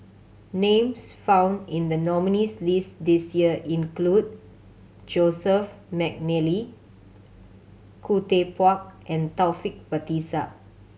names found in the nominees' list this year include Joseph McNally Khoo Teck Puat and Taufik Batisah